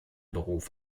beruf